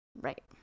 Right